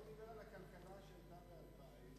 הוא דיבר על הכלכלה שהיתה ב-2000.